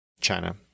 China